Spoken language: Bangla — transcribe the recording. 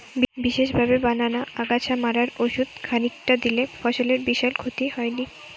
বিশেষভাবে বানানা আগাছা মারার ওষুধ খানিকটা দিলে ফসলের বিশাল ক্ষতি হয়নি